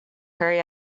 hurry